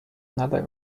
another